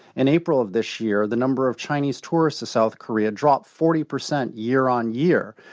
in april of this year, the number of chinese tourists to south korea dropped forty percent year on year,